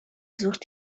sucht